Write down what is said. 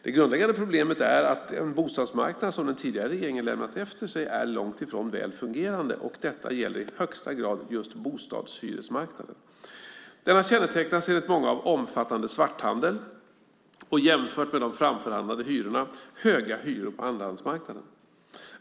Det grundläggande problemet är att den bostadsmarknad som den tidigare regeringen lämnat efter sig är långt ifrån väl fungerande, och detta gäller i högsta grad just hyresbostadsmarknaden. Denna kännetecknas enligt många av omfattande svarthandel och, jämfört med de framförhandlade hyrorna, höga hyror på andrahandsmarknaden.